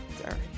Sorry